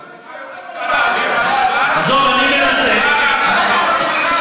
אתה השר, אני מבטיח לך להגיש את זה.